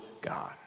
God